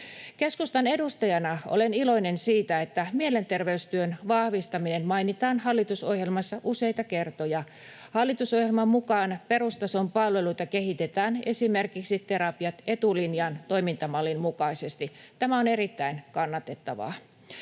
Keskustan edustajana olen iloinen siitä, että mielenterveystyön vahvistaminen mainitaan hallitusohjelmassa useita kertoja. Hallitusohjelman mukaan perustason palveluita kehitetään esimerkiksi Terapiat etulinjaan -toimintamallin mukaisesti. Tämä on erittäin kannatettavaa.